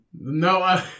No